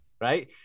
right